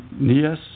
Yes